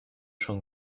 schon